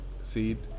seed